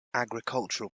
agricultural